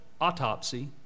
autopsy